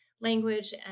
language